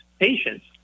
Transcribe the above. patients